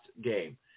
game